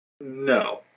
No